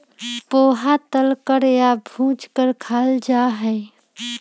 पोहा तल कर या भूज कर खाल जा हई